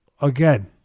again